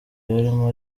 yarimo